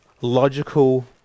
logical